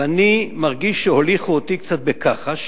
ואני מרגיש שהוליכו אותי קצת בכחש